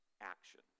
action